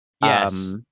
Yes